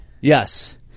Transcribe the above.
Yes